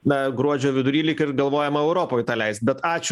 na gruodžio vidury lyg ir galvojama europoj tą leist bet ačiū